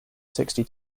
sixty